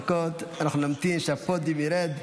אנחנו נמתין שהפודיום ירד.